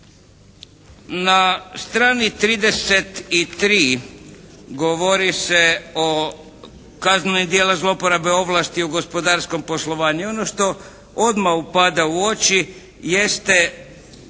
Na strani 33. govori se o kaznenom djelu zlouporabe ovlasti u gospodarskom poslovanju i ono što odmah upada u oči jeste